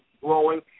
growing